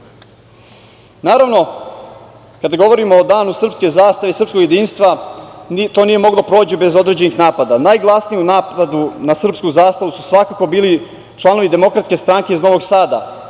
vike. Naravno, kada govorimo o danu srpske zastave, srpskog jedinstva to nije moglo da prođe bez određenih napada. Najglasniji u napadu na srpsku zastavu su svakako bili članovi Demokratske stranke iz Novog Sada,